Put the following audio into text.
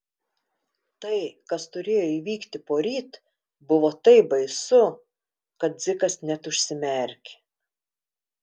tai kas turėjo įvykti poryt buvo taip baisu kad dzikas net užsimerkė